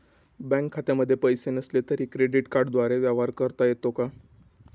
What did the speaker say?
Bank खात्यामध्ये पैसे नसले तरी क्रेडिट कार्डद्वारे व्यवहार करता येतो का?